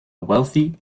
wealthy